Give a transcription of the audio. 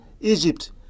Egypt